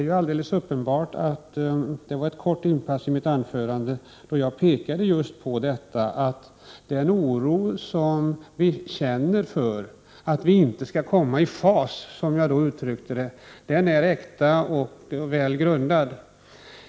Det är alldeles uppenbart — vilket jag kortfattat berörde i mitt inledningsanförande — att den oro som vi känner inför att vi — som jag uttryckte det — inte skall komma i fas är äkta och välgrundad.